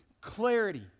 clarity